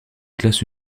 classe